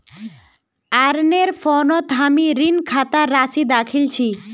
अरनेर फोनत हामी ऋण खातार राशि दखिल छि